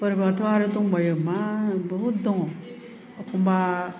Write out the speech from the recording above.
फोरबोआथ' आरो दंबावो मा बुहुद दङ एखनबा